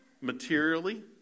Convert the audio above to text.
Materially